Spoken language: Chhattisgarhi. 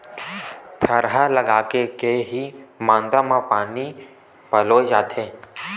थरहा लगाके के ही मांदा म पानी पलोय जाथे